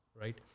right